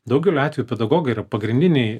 daugeliu atvejų pedagogai yra pagrindiniai